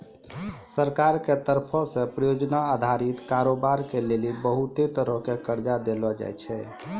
सरकार के तरफो से परियोजना अधारित कारोबार के लेली बहुते तरहो के कर्जा देलो जाय छै